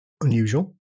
unusual